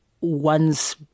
one's